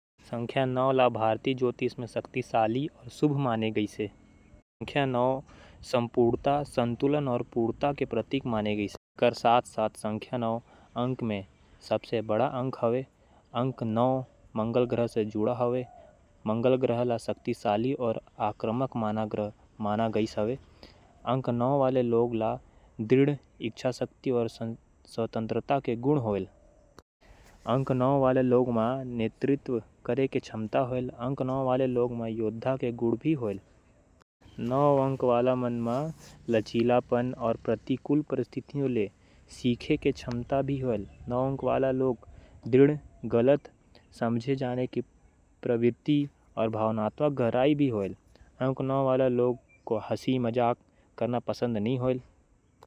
अंक शास्त्र के मुताबिक नौ नंबर वाले मनखे मन म मंगल ग्रह के शासन हे। मंगल ल ऊर्जा अउ उत्साह के कारक माने जाथे। अइसन म रेडिक्स नौ वाले लोगन मन म उत्साही प्रकृति के होथे। रेडिक्स नौ वाले लोगन के बारे म कुछ अउ बिसेस बात । ये लोगन स्वाभिमानी साहसी अउ पराक्रमी हावयं। ए लोगन मन कोनों भी किसम के समस्या ले नइ डरय। ये लोगन अनुशासित अउ सिद्धांतवादी हावयं। ये लोगन शरीर म मजबूत अउ ऊर्जावान होथे। ये लोगन मन अपन बात राखे म माहिर हे। ये लोगन अपन दम म उंचाई हासिल करत हावयं। ये लोगन खेल सेना पुलिस सेवा जइसन क्षेत्र म बढ़िया प्रदर्सन करत हे।